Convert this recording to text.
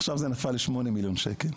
עכשיו זה נפל ל-8 מיליון שקל.